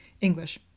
English